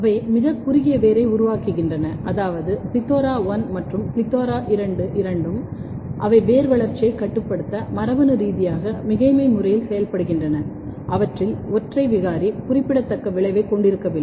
அவை மிகக் குறுகிய வேரை உருவாக்குகின்றன அதாவது PLETHORA1 மற்றும் PLETHORA2 இரண்டும் அவை வேர் வளர்ச்சியைக் கட்டுப்படுத்த மரபணு ரீதியாக மிகைமை முறையில் செயல்படுகின்றன அவற்றில் ஒற்றை விகாரி குறிப்பிடத்தக்க விளைவைக் கொண்டிருக்கவில்லை